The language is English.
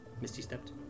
misty-stepped